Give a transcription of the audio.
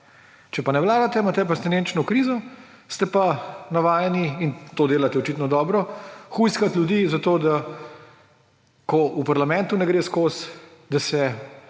če pa ne vladate, imate pa abstinenčno krizo, ste pa navajeni – in to delate očitno dobro – hujskati ljudi za to, da ko v parlamentu ne gre skozi, da se